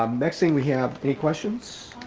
um next thing we have any questions?